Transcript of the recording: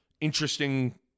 interesting